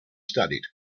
studied